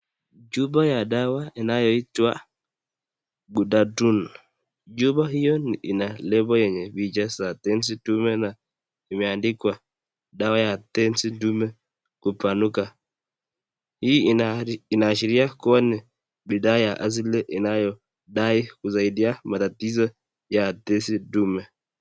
Chupa ya dawa inayoitwa Ghudatun. Chupa hiyo ina lable yenye picha za tezi dume na imeandikwa dawa ya tezi dume kupanuka. Hii inaashiria kuwa ni bidhaa ya asili inayodai kusaidia matatizo ya tezi dume.